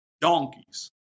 donkeys